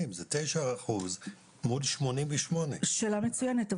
יותר: זה 9 אחוז מול 88. שאלה מצוינת,